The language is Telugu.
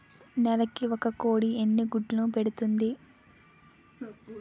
నెలకి ఒక కోడి ఎన్ని గుడ్లను పెడుతుంది?